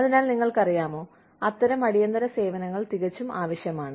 അതിനാൽ നിങ്ങൾക്കറിയാമോ അത്തരം അടിയന്തിര സേവനങ്ങൾ തികച്ചും ആവശ്യമാണ്